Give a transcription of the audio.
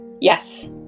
Yes